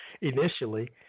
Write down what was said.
initially